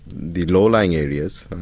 the low-lying areas, and